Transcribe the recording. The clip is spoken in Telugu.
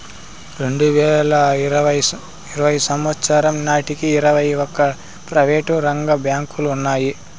రెండువేల ఇరవై సంవచ్చరం నాటికి ఇరవై ఒక్క ప్రైవేటు రంగ బ్యాంకులు ఉన్నాయి